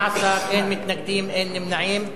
18, אין מתנגדים, אין נמנעים.